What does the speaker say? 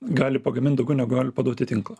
gali pagamint daugiau negu gali paduot į tinklą